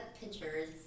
pictures